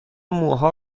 موها